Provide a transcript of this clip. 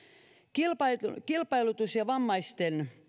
kilpailutus ja vammaisten